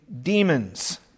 demons